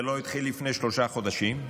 זה לא התחיל לפני שלושה חודשים,